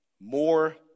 more